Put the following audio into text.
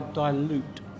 dilute